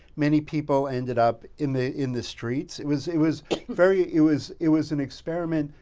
many people ended up in the in the streets. it was it was very ah it was it was an experiment,